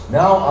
now